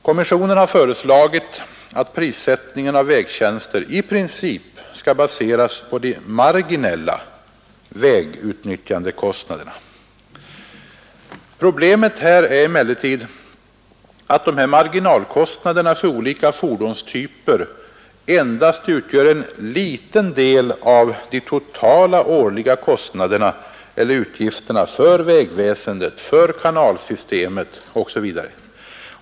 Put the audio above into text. Kommissionen har föreslagit att prissättningen av vägtjänster i princip skall baseras på de marginella vägutnyttjandekostnaderna. Problemet är emellertid att de här marginalkostnaderna för olika fordonstyper endast utgör en liten del av de totala årliga utgifterna för vägväsendet, kanalsystemet osv.